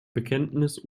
bekenntnis